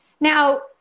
Now